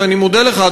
ואני מודה לך,